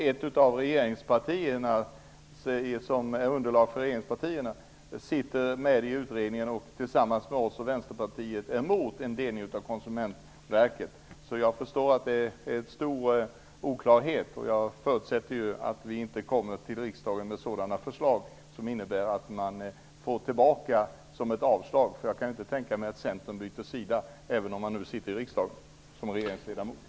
Ett av partierna som utgör underlag för regeringspartierna sitter med i utredningen och är tillsammans med oss och Vänsterpartiet emot en delning av Konsumentverket. Jag förstår att det betyder stor oklarhet. Jag förutsätter att vi inte kommer till riksdagen med sådana förslag som man får tillbaka på grund av ett avslag. Jag kan inte tänka mig att Centern byter sida, även om partiet i riksdagen utgör regeringsunderlag.